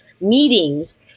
meetings